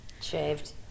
Shaved